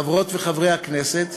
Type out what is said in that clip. חברות וחברי הכנסת,